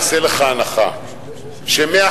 נעשה לך הנחה שמעכשיו,